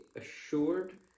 assured